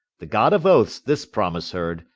the god of oaths this promise heard,